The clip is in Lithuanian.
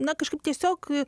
na kažkaip tiesiog